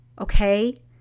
okay